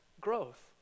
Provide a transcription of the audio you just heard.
growth